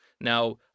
Now